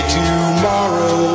tomorrow